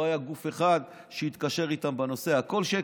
לא היה גוף אחד שהתקשר איתם בנושא, הכול שקר.